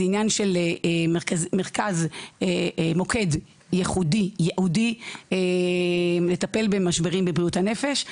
העניין של מוקד ייחודי וייעודי לטפל במשברים בבריאות הנפש,